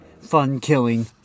fun-killing